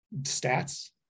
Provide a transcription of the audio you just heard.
stats